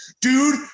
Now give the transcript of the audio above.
dude